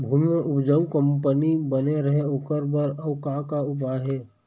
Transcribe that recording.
भूमि म उपजाऊ कंपनी बने रहे ओकर बर अउ का का उपाय हे?